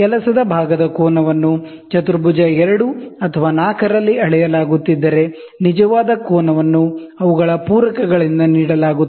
ಕೆಲಸದ ಭಾಗದ ಕೋನವನ್ನು ಕ್ವಾಡ್ರನ್ಟ್ 2 ಅಥವಾ 4 ರಲ್ಲಿ ಅಳೆಯಲಾಗುತ್ತಿದ್ದರೆ ನಿಜವಾದ ಕೋನವನ್ನು ಅವುಗಳ ಪೂರಕಗಳಿಂದ ನೀಡಲಾಗುತ್ತದೆ